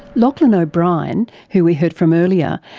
lachlan o'brien, who we heard from earlier,